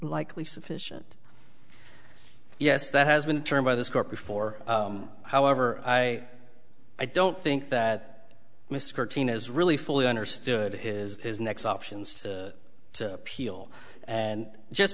likely sufficient yes that has been turned by this court before however i i don't think that mr keene is really fully understood his next options to appeal and just